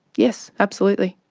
yes, absolutely.